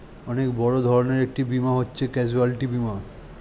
অনেক বড় ধরনের একটা বীমা ব্যবস্থা হচ্ছে ক্যাজুয়ালটি বীমা